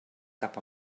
cap